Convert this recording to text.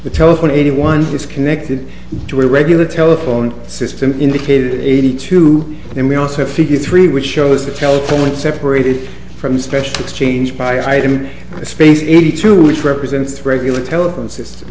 the telephone eighty one is connected to a regular telephone system in the cade eighty two and we also have fifty three which shows a telephone separated from special exchange by item space in eighty two which represents regular telephone systems